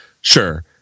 sure